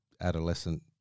adolescent